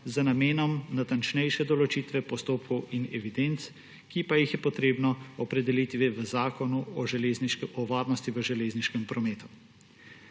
z namenom natančnejše določitve postopkov in evidenc, ki pa jih je treba opredeliti v Zakonu o varnosti v železniškem prometu.